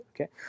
okay